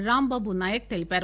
రాంబాబు నాయక్ తెలిపారు